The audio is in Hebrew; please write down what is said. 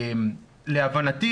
להבנתי,